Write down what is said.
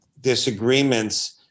disagreements